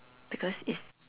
because it's